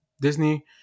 Disney